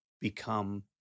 become